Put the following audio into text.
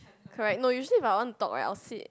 correct no usually if I want to talk I will sit